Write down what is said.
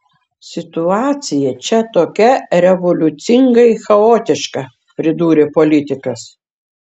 situacija čia tokia revoliucingai chaotiška pridūrė politikas